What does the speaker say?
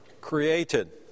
created